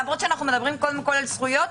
למרות שאנחנו מדברים קודם כל על זכויות,